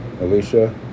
Alicia